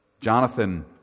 Jonathan